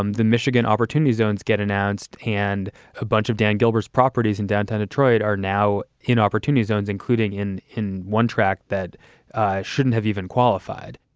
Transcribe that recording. um the michigan opportunity zones get announced. and a bunch of dan gilbert's properties in downtown detroit are now in opportunity zones, including an in one tract that shouldn't have even qualified,